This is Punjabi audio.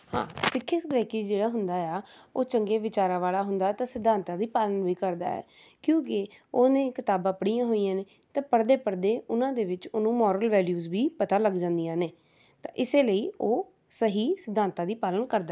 ਹਾਂ ਸਿੱਖਿਅਤ ਵਿਅਕਤੀ ਜਿਹੜਾ ਹੁੰਦਾ ਆ ਉਹ ਚੰਗੇ ਵਿਚਾਰਾਂ ਵਾਲਾ ਹੁੰਦਾ ਤਾਂ ਸਿਧਾਂਤਾਂ ਦੀ ਪਾਲਣ ਵੀ ਕਰਦਾ ਹੈ ਕਿਉਂਕਿ ਉਹਨੇ ਕਿਤਾਬਾਂ ਪੜ੍ਹੀਆਂ ਹੋਈਆਂ ਨੇ ਅਤੇ ਪੜ੍ਹਦੇ ਪੜ੍ਹਦੇ ਉਹਨਾਂ ਦੇ ਵਿੱਚ ਉਹਨੂੰ ਮੋਰਲ ਵੈਲਿਊਸ ਵੀ ਪਤਾ ਲੱਗ ਜਾਂਦੀਆਂ ਨੇ ਤਾਂ ਇਸ ਲਈ ਉਹ ਸਹੀ ਸਿਧਾਂਤਾਂ ਦੀ ਪਾਲਣ ਕਰਦਾ ਹੈ